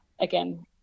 again